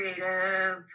creative